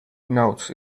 knows